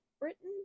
Britain